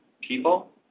people